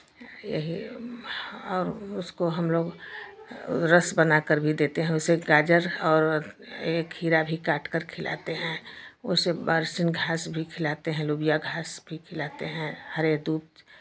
यही और उसको हम लोग रस बनाकर भी देते हैं उसे गाजर और एक खीरा भी काटकर खिलाते हैं उसे बर्सिन घास भी खिलाते हैं लुबिया घास भी खिलाते हैं हरे दूब